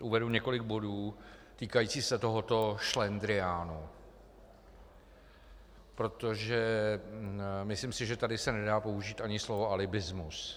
Uvedu několik bodů týkajících se tohoto šlendriánu, protože si myslím, že tady se nedá použít ani slovo alibismus.